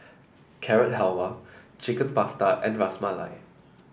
Carrot Halwa Chicken Pasta and Ras Malai